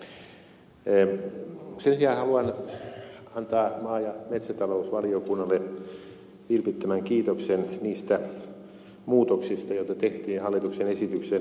sen sijaan haluan antaa maa ja metsätalousvaliokunnalle vilpittömän kiitoksen niistä muutoksista joita tehtiin hallituksen esitykseen